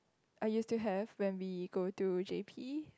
I used to have when we go to JP